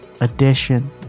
edition